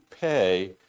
pay